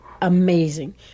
amazing